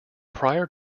prior